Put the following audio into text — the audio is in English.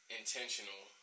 intentional